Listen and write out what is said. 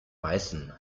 weißen